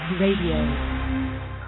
Radio